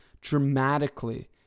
dramatically